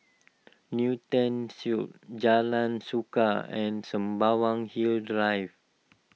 Newton Suites Jalan Suka and Sembawang Hills Drive